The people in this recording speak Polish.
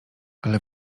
ale